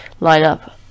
lineup